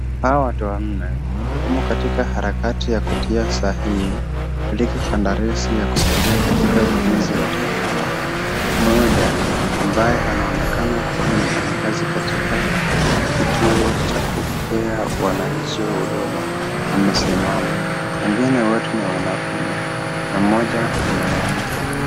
Hawa watu wanne wamo katika harakati ya kutia sahihi kulinda kandarasi kusaidia katika ujenzi wa taifa. Mmoja ambaye anaonekana kuwa ni mfanyakazi katika kituo cha kupea wananchi huduma amesimama. Wengine wote ni wanaume na mmoja ni mwanamke.